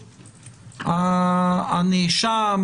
הנאשם,